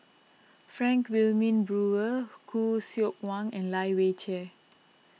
Frank Wilmin Brewer Khoo Seok Wan and Lai Weijie